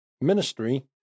ministry